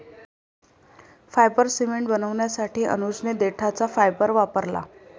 fibre cement बनवण्यासाठी अनुजने देठाचा फायबर वापरला